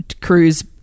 cruise